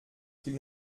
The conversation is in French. qu’il